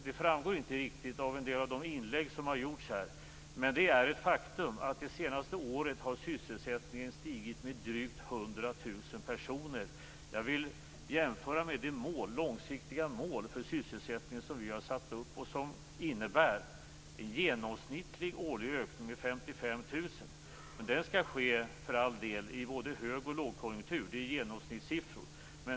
Det framgår inte riktigt av en del av de inlägg som har gjorts här, men det är ett faktum att det senaste året har sysselsättningen stigit med drygt 100 000 personer. Jag vill jämföra med det långsiktiga mål för sysselsättningen som vi har satt upp och som innebär en genomsnittlig årlig ökning med 55 000 personer. Den skall för all del ske i både högoch lågkonjunktur, så det är genomsnittssiffror vi talar om.